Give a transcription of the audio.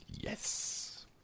Yes